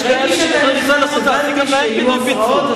כשראיתי שאתה נכנס הבנתי שיהיו הפרעות,